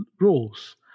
rules